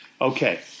okay